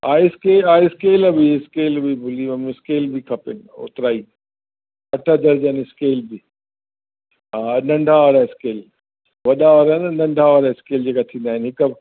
हा स्केल हा स्केल बि स्केल बि भुली वियमि स्केल बि खपे ओतिरा ई अठ दर्जन स्केल बि हा नंढा वारा स्केल वॾा वारा न नंढा वारा स्केल जेका थींदा आहिनि हिकु